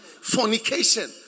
fornication